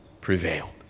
prevailed